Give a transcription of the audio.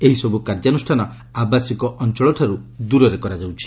ଏହି ସବୁ କାର୍ଯ୍ୟାନୁଷ୍ଠାନ ଆବାସିକ ଅଞ୍ଚଳଠାରୁ ଦୂରରେ କରାଯାଉଛି